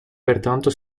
pertanto